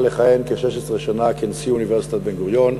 לכהן כ-16 שנה כנשיא אוניברסיטת בן-גוריון,